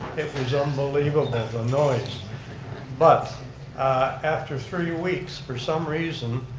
it was unbelievable, the noise but after three weeks for some reason,